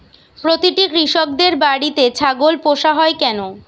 প্রতিটি কৃষকদের বাড়িতে ছাগল পোষা হয় কেন?